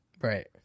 Right